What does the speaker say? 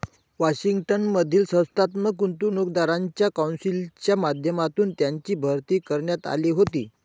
Washington मधील संस्थात्मक गुंतवणूकदारांच्या कौन्सिलच्या माध्यमातून त्यांची भरती करण्यात आली होती